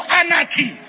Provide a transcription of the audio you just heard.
anarchy